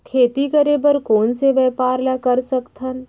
खेती करे बर कोन से व्यापार ला कर सकथन?